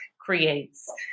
creates